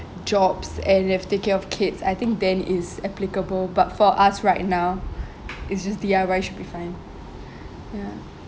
jobs and they have to take care of kids I think then it is applicable but for us right now it's just D_I_Y should be fine ya